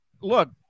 look